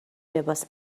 لباس